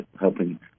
helping